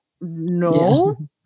no